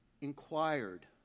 inquired